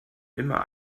immer